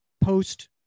post